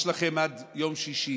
יש לכם עד יום שישי